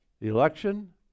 Election